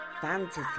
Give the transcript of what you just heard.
fantasy